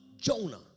Jonah